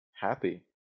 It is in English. happy